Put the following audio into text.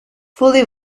fully